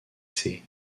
ses